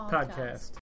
Podcast